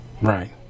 right